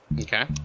Okay